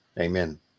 Amen